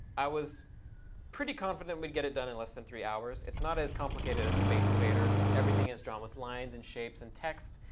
i was pretty confident we'd get it done in less than three hours. it's not as complicated as space invaders. everything is drawn with lines and shapes and text.